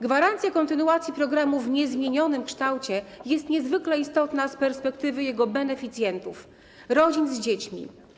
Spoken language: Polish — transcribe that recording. Gwarancja kontynuacji programu w niezmienionym kształcie jest niezwykle istotna z perspektywy jego beneficjentów, rodzin z dziećmi.